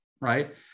right